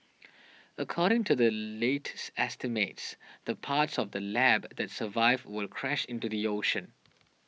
according to the latest estimates the parts of the lab that survive will crash into the ocean